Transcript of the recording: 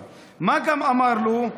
וגם בין החברים וגם בוועדות,